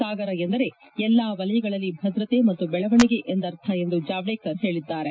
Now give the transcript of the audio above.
ಸಾಗರ ಎಂದರೆ ಎಲ್ಲಾ ವಲಯಗಳಲ್ಲಿ ಭದ್ರತೆ ಮತ್ತು ಬೆಳವಣಿಗೆ ಎಂದರ್ಥ ಎಂದು ಜಾವಡೇಕರ್ ಹೇಳದ್ದಾರೆ